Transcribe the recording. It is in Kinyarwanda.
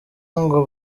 ngo